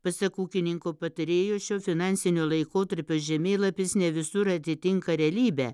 pasak ūkininko patarėjo šio finansinio laikotarpio žemėlapis ne visur atitinka realybę